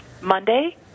Monday